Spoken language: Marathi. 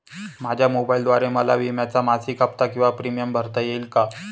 माझ्या मोबाईलद्वारे मला विम्याचा मासिक हफ्ता किंवा प्रीमियम भरता येईल का?